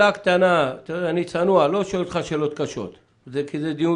זו הדרך